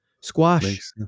Squash